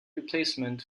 replacement